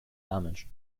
damage